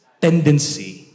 tendency